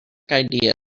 idea